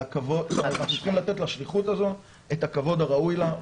ואנחנו צריכים לתת לשליחות הזאת את הכבוד הראוי לה.